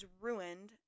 ruined